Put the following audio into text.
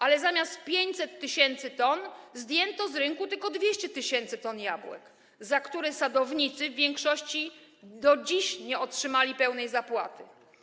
Ale zamiast 500 tys. t zdjęto z rynku tylko 200 tys. t jabłek, za które sadownicy w większości do dziś nie otrzymali pełnej zapłaty.